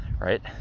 right